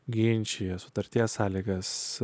ginčija sutarties sąlygas